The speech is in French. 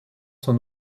s’en